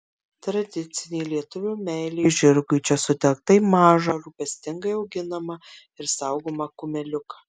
tradicinė lietuvio meilė žirgui čia sutelkta į mažą rūpestingai auginamą ir saugomą kumeliuką